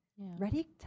Ready